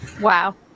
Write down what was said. Wow